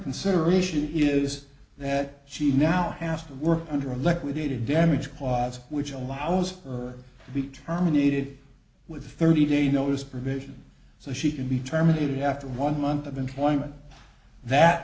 consideration is that she now has to work under a liquidated damage clause which allows for to be terminated with a thirty day notice provision so she can be terminated after one month of employment that